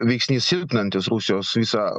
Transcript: veiksnys silpninantis rusijos visą